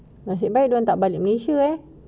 nasib baik dia orang tak balik malaysia eh